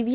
V